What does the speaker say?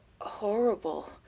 horrible